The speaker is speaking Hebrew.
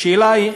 השאלה היא,